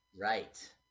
Right